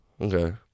okay